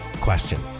question